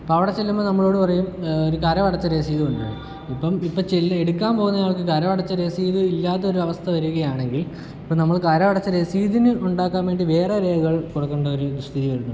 അപ്പവിടെ ചെല്ലുമ്പോൾ നമ്മളോട് പറയും ഇപ്പ കരമടച്ച രസീത് കൊണ്ട് വരാൻ ഇപ്പം ചെല്ല് എടുക്കാൻ പോകുന്ന ആൾക്ക് കരമടച്ച രസീത് ഇല്ലാത്ത ഒരു അവസ്ഥ വരുകയാണെങ്കിൽ ഇപ്പം നമ്മൾ കരമടച്ച രസീതിനു ഉണ്ടാക്കാൻ വേണ്ടി വേറെ രേഖകൾ കൊടുക്കണ്ട ഒരു സ്ഥിതി വരുന്നുണ്ട്